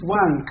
one